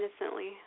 innocently